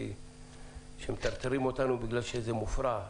אז שמטרטרים אותי בגלל שמישהו מפריע.